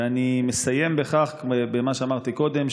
ואני מסיים במה שאמרתי קודם,